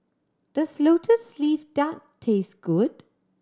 does Lotus Leaf Duck taste good